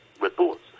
reports